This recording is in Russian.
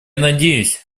надеюсь